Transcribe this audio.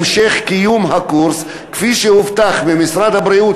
המשך קיום הקורס כפי שהובטח ממשרד הבריאות,